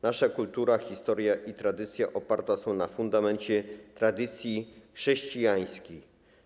Nasza kultura, historia i tradycja oparte są na fundamencie tradycji chrześcijańskiej.